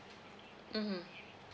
mmhmm